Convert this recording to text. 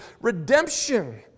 redemption